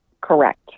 Correct